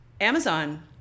Amazon